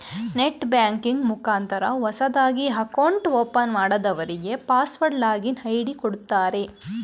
net banking ಮುಖಾಂತರ ಹೊಸದಾಗಿ account open ಮಾಡದವ್ರಗೆ ಪಾಸ್ವರ್ಡ್ ಲಾಗಿನ್ ಐ.ಡಿ ಕೊಡುತ್ತಾರೆ